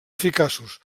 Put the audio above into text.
eficaços